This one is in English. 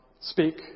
speak